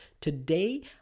Today